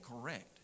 correct